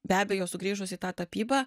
be abejo sugrįžus į tą tapybą